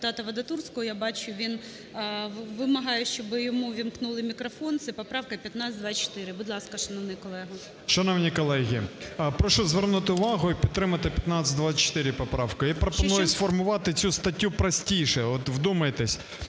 депутата Вадатурського. Я бачу, він вимагає, щоби йому ввімкнули мікрофон. Це поправка 1524. Будь ласка, шановний колего. 16:55:09 ВАДАТУРСЬКИЙ А.О. Шановні колеги, прошу звернути увагу і підтримати 1524 поправку. І пропоную сформувати цю статтю простіше. От вдумайтесь: